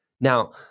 Now